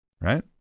Right